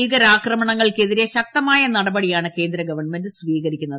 ഭീകരാക്രമണങ്ങൾക്കെതിരെ ശക്തമായ നടപടിയാണ് കേന്ദ്രഗവൺമെന്റ് സ്വീകരിക്കുന്നത്